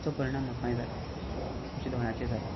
ताचो परिणाम म्हाकाय जाला म्हज्या दोळ्याचेर जाला